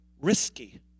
risky